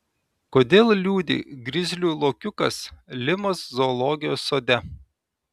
kodėl liūdi grizlių lokiukas limos zoologijos sode